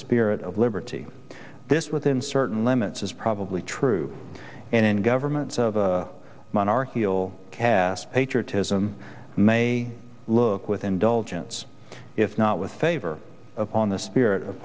spirit of liberty this within certain limits is probably true in governments of monarchial caste patriotism may look with indulgence if not with favor of on the spirit of